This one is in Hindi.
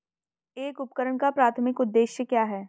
एक उपकरण का प्राथमिक उद्देश्य क्या है?